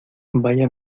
vaya